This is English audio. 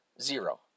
zero